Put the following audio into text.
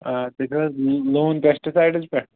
آ تُہۍ چھِو حظ لون پیسٹہٕ سایِڈس پیٚٹھ